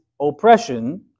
oppression